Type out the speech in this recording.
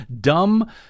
dumb